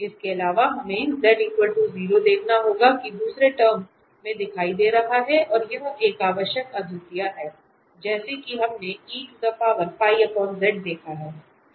इसके अलावा हमें z 0 देखना होगा कि दूसरे टर्म में दिखाई दे रहा है और यह एक आवश्यक अद्वितीयता है जैसा कि हमने देखा है